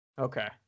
okay